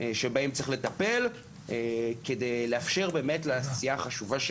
שבהם צריך לטפל כדי לאפשר לעשייה החשובה של